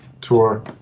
tour